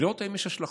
לראות אם יש השלכות.